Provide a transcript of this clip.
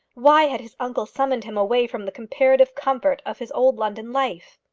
why had his uncle summoned him away from the comparative comfort of his old london life?